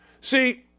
See